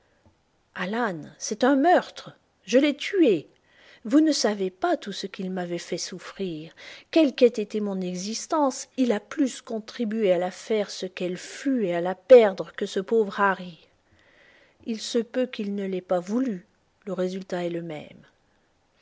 c'est un meurtre je l'ai tué vous ne savez pas tout ce qu'il m'avait fait souffrir quelle qu'ait été mon existence il a plus contribué à la faire ce qu'elle fut et à la perdre que ce pauvre ilarry il se peut qu'il ne l'ait pas voulu le résultat est le même